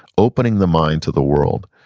opening the mind to the world,